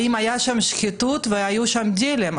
האם הייתה שם שחיתות והיו שם דילים.